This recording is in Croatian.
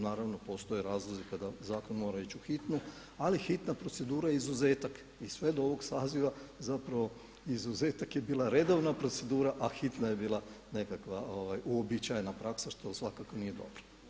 Naravno postoje razlozi kada zakon mora ići u hitnu ali hitna procedura je izuzetak i sve do ovog saziva zapravo izuzetak je bila redovna procedura a hitna je bila nekakva uobičajena praksa što svakako nije dobro.